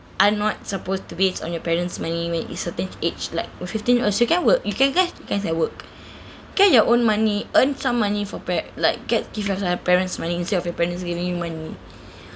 I'm not supposed to base on your parents' money when is certain age like fifteen or you can work you can get work get your own money earn some money for bread like get give yourself parents' money instead of your parents giving you money